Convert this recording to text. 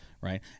right